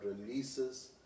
releases